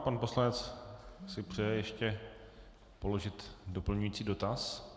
Pan poslanec si přeje ještě položit doplňující dotaz.